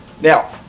Now